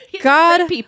God